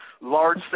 large